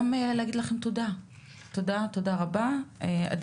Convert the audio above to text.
תודה רבה לכולם.